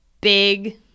big